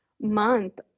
month